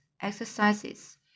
exercises